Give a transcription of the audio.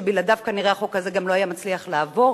שבלעדיו כנראה החוק הזה גם לא היה מצליח לעבור